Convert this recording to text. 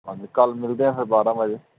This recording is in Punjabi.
ਹਾਂਜੀ ਕੱਲ੍ਹ ਮਿਲਦੇ ਹਾਂ ਫਿਰ ਬਾਰਾਂ ਵਜੇ